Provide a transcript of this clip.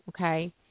okay